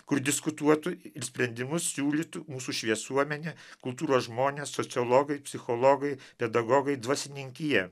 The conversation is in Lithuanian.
kur diskutuotų ir sprendimus siūlytų mūsų šviesuomenė kultūros žmonės sociologai psichologai pedagogai dvasininkija